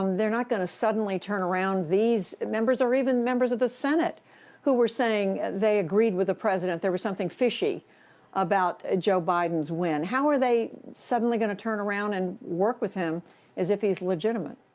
um they're not going to suddenly turn around, these members, or even members of the senate who were saying they agreed with the president there was something fishy about ah joe biden's win. how are they suddenly going to turn around and work with him as if he is legitimate?